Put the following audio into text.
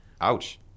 Ouch